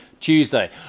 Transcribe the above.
Tuesday